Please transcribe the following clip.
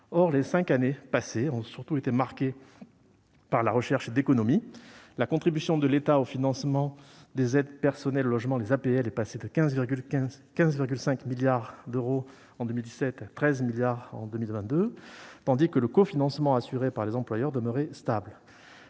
Or les cinq années passées ont surtout été marquées par la recherche d'économies : la contribution de l'État au financement des APL est passée de 15,5 milliards d'euros en 2007 à 13 milliards d'euros en 2022, tandis que le cofinancement assuré par les employeurs demeurait stable.